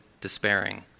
despairing